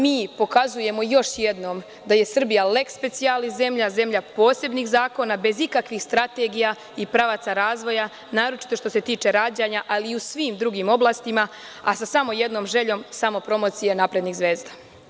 Mi pokazujemo još jednom da je Srbija leks specijalis zemlja, zemlja posebnih zakona, bez ikakvih strategija i pravaca razvoja, naročito što se tiče rađanja, ali i u svim drugim oblastima, a sa samo jednom željom, samopromocije naprednih zvezda.